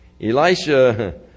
Elisha